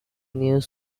news